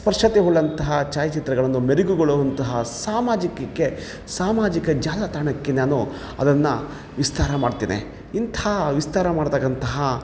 ಸ್ಪರ್ಶತೆ ಉಳ್ಳಂತಹ ಛಾಯಾಚಿತ್ರಗಳನ್ನು ಮೆರಗುಗೊಳ್ಳುವಂತಹ ಸಾಮಾಜಿಕಕ್ಕೆ ಸಾಮಾಜಿಕ ಜಾಲತಾಣಕ್ಕೆ ನಾನು ಅದನ್ನು ವಿಸ್ತಾರ ಮಾಡ್ತೇನೆ ಇಂಥಾ ವಿಸ್ತಾರ ಮಾಡ್ತಕ್ಕಂತಹ